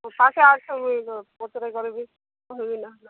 ସାତ ଆଠ ମୁଇଁ ଭିତରେ କରିବି ତୁମ ବିନା